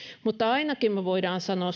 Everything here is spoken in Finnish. mutta ainakin me voimme sanoa